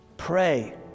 pray